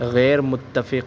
غیرمتفق